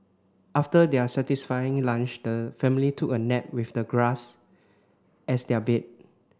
after their satisfying lunch the family took a nap with the grass as their bed